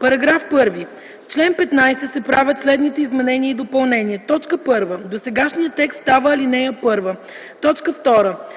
„§ 1. В чл. 15 се правят следните изменения и допълнения: 1. Досегашният текст става ал. 1. 2.